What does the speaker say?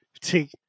take